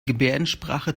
gebärdensprache